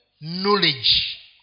knowledge